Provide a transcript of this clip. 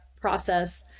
process